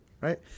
right